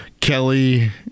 Kelly